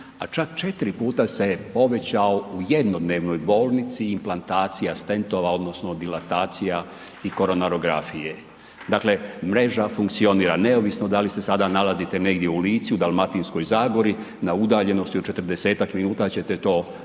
a čak 4% se je povećao u jednodnevnoj bolnici implantacija stentova odnosno dilatacija i koronarografije. Dakle, mreža funkcionira neovisno da li se sada nalazite negdje u Lici, u Dalmatinskog zagori na udaljenosti od 40-tak minuta ćete to dobiti.